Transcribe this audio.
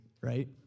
right